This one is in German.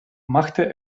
machte